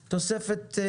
תוספת.